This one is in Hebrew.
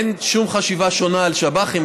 אין שום חשיבה שונה על שב"חים,